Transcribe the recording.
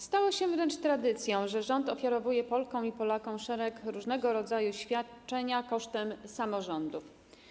Stało się wręcz tradycją, że rząd ofiarowuje Polkom i Polakom szereg różnego rodzaju świadczeń kosztem samorządów.